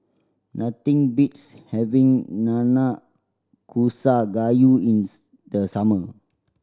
nothing beats having Nanakusa Gayu in the summer